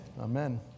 Amen